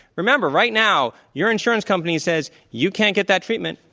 remember right now your insurance company says you can't get that treatment,